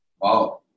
Wow